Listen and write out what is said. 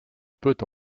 peut